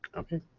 ok.